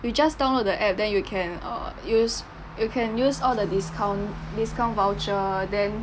you just download the app then you can err use you can use all the discount discount voucher then